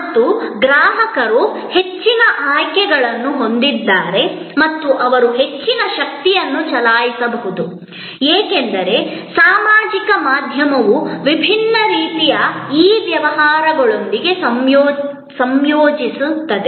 ಮತ್ತು ಗ್ರಾಹಕರು ಹೆಚ್ಚಿನ ಆಯ್ಕೆಗಳನ್ನು ಹೊಂದಿದ್ದಾರೆ ಮತ್ತು ಅವರು ಹೆಚ್ಚಿನ ಶಕ್ತಿಯನ್ನು ಚಲಾಯಿಸಬಹುದು ಏಕೆಂದರೆ ಸಾಮಾಜಿಕ ಮಾಧ್ಯಮವು ವಿಭಿನ್ನ ರೀತಿಯ ಇ ವ್ಯವಹಾರಗಳೊಂದಿಗೆ ಸಂಯೋಜಿಸುತ್ತದೆ